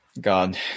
God